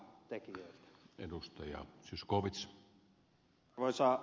arvoisa herra puhemies